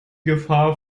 gefahr